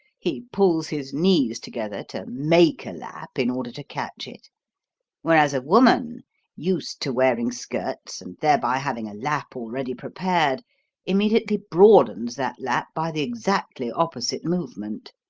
he pulls his knees together to make a lap in order to catch it whereas a woman used to wearing skirts and, thereby, having a lap already prepared immediately broadens that lap by the exactly opposite movement,